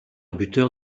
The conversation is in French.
buteur